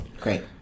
Great